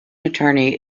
attorney